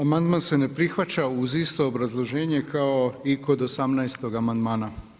Amandman se ne prihvaća uz isto obrazloženje kao i kod 18. amandmana.